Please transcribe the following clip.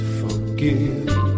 forgive